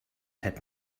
had